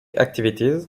activities